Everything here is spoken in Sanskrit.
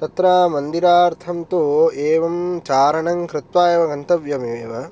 तत्र मन्दिरार्थं तु एवं चारणं कृत्वा एव गन्तव्यम् एव